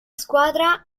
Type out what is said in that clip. squadra